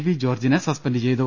V ജോർജ്ജിനെ suspend ചെയ്തു